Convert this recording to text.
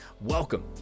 welcome